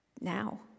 now